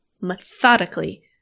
methodically